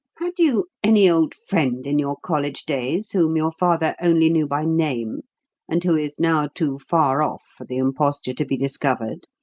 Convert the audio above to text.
had you any old friend in your college days whom your father only knew by name and who is now too far off for the imposture to be discovered?